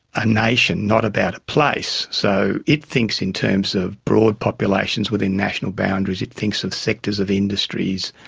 a nation, not about a place. so it thinks in terms of broad populations within national boundaries, it thinks of sectors of industries,